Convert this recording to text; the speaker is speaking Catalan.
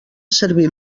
servir